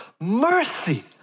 mercy